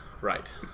Right